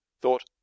thought